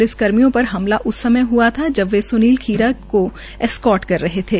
police कर्मियों पर हमला उस समय हआ था जब वे सुनील खीरा को एस्कोर्ट कर रहे थे